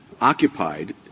occupied